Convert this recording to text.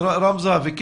רם זהבי,